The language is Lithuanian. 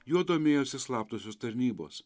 juo domėjosi slaptosios tarnybos